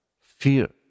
fear